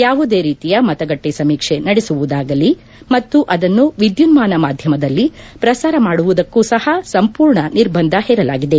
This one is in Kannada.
ಯಾವುದೇ ರೀತಿಯ ಮತಗಟ್ಟೆ ಸಮೀಕ್ಷೆ ನಡೆಸುವುದಾಗಲಿ ಮತ್ತು ಅದನ್ನು ವಿದ್ಯುನ್ಮಾನ ಮಾಧ್ಯಮದಲ್ಲಿ ಪ್ರಸಾರ ಮಾಡುವುದಕ್ಕೂ ಸಹ ಸಂಪೂರ್ಣ ನಿರ್ಬಂಧ ಹೇರಲಾಗಿದೆ